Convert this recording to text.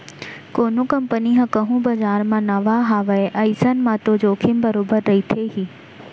कोनो कंपनी ह कहूँ बजार म नवा हावय अइसन म तो जोखिम बरोबर रहिथे ही